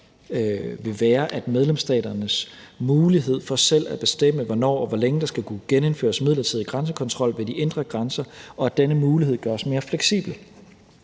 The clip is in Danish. vil være medlemsstaternes mulighed for selv at bestemme, hvornår og hvor længe der skal kunne genindføres midlertidig grænsekontrol ved de indre grænser, og at denne mulighed gøres mere fleksibel.